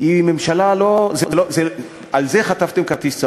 על זה חטפתם כרטיס צהוב,